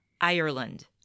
Ireland